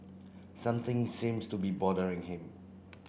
something seems to be bothering him